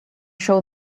show